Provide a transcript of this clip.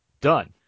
Done